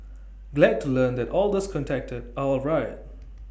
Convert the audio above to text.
glad to learn that all those contacted are alright